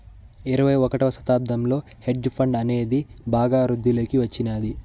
ఇరవై ఒకటవ శతాబ్దంలో హెడ్జ్ ఫండ్ అనేది బాగా వృద్ధిలోకి వచ్చినాది